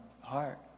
heart